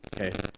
Okay